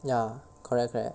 ya correct correct